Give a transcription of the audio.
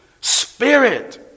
spirit